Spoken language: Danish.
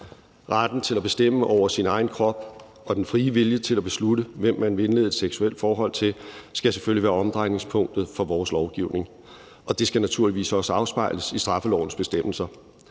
Retten til at bestemme over sin egen krop og den frie vilje til at beslutte, hvem man vil indlede et seksuelt forhold til, skal selvfølgelig være omdrejningspunktet for vores lovgivning. Og det skal naturligvis også afspejles i straffelovens bestemmelser.